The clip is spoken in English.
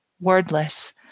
wordless